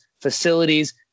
facilities